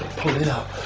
pull it up.